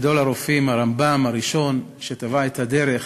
וגדול הרופאים, הרמב"ם, היה הראשון שטבע את הדרך,